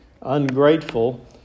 ungrateful